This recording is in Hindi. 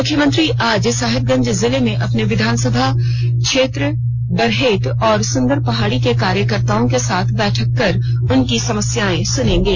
मुख्यमंत्री आज साहिबगंज जिले में अपने विधानसभा क्षेत्र बरहेट और सुंदरपहाड़ी के कार्यकर्त्ताओं साथ बैठक कर उनकी समस्याएं सुनेंगे